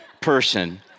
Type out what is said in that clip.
person